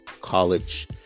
college